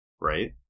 right